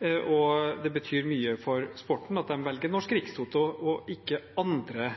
og det betyr mye for sporten at de velger Norsk Rikstoto og ikke andre